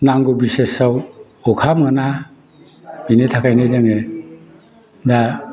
नांगौ बिसेसाव अखा मोना बेनि थाखायनो जोङो दा